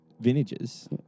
vintages